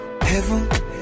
Heaven